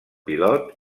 pilot